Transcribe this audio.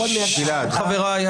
------ חברי,